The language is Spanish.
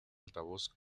altavoz